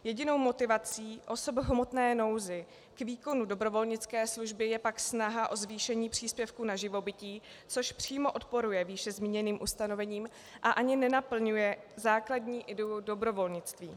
Jedinou motivací osob v hmotné nouzi k výkonu dobrovolnické služby je pak snaha o zvýšení příspěvku na živobytí, což přímo odporuje výše zmíněným ustanovením a ani nenaplňuje základní ideu dobrovolnictví.